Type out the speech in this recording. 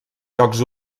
jocs